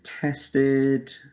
tested